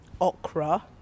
okra